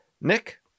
nick